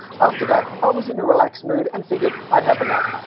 after that i was in a relaxed mood and figured i'd have a nap.